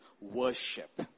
worship